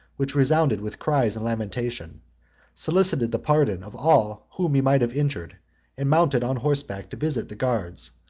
which resounded with cries and lamentations solicited the pardon of all whom he might have injured and mounted on horseback to visit the guards,